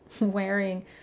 wearing